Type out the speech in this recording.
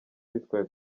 bitwaye